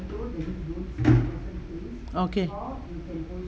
okay